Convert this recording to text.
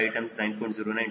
04 ಆಗಿರುತ್ತದೆ